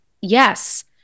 Yes